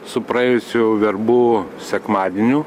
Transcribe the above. su praėjusiu verbų sekmadieniu